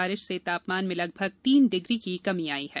बारिश से तापमान से लगभग तीन डिग्री की कमी आई है